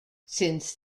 since